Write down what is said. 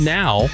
now